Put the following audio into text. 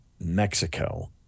Mexico